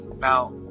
Now